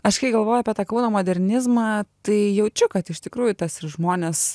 aš kai galvoju apie tą kauno modernizmą tai jaučiu kad iš tikrųjų tas ir žmonės